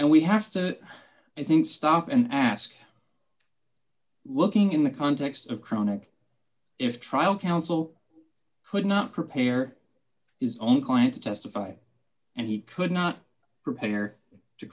and we have to i think stop and ask looking in the context of chronic if trial counsel could not prepare his own client to testify and he could not prepare to